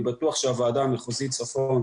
אני בטוח שהוועדה המחוזית צפון,